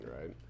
right